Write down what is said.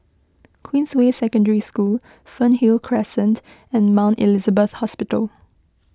Queensway Secondary School Fernhill Crescent and Mount Elizabeth Hospital